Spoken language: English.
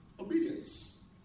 obedience